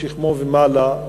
משכמו ומעלה.